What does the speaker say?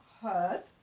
heard